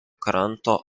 kranto